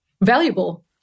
valuable